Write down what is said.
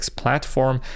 platform